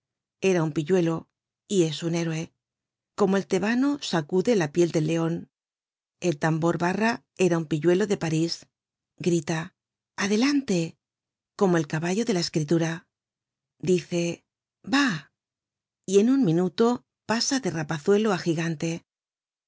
era un pilluelo y es un héroe como el tebano sacude la piel del leon el tambor barra era un pilluelo de parís grita adelante como el caballo de la escritura dice va y en un minuto pasa de rapazuelo á gigante